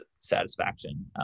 satisfaction